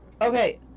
Okay